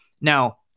Now